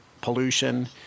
pollution